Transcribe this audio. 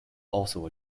also